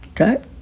Okay